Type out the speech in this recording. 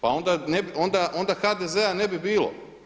Pa onda HDZ-a ne bi bilo.